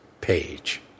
page